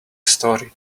story